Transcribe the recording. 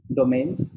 domains